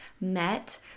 met